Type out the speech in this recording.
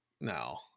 no